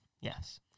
Yes